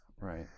Right